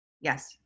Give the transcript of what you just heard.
Yes